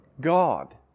God